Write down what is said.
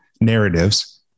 narratives